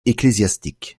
ecclésiastique